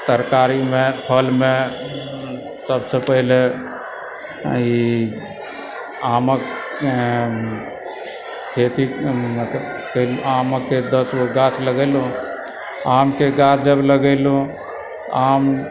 तरकारीमे फलमे सभसँ पहिले ई आमक खेती मत आमके दशगो गाछ लगेलहुँ आमके गाछ जब लगेलहुँ आम